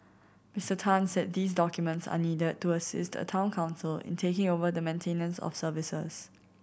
Mister Tan said these documents are needed to assist a Town Council in taking over the maintenance of services